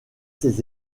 ses